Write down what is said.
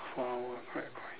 four hour correct